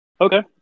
okay